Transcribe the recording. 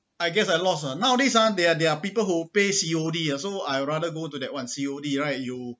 I guess I lost lah nowadays ah there are there are people who pay C_O_D ah so I rather go to that one C_O_D right you